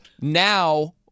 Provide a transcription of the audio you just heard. now